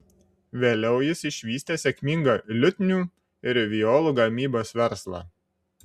vėliau jis išvystė sėkmingą liutnių ir violų gamybos verslą